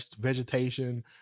vegetation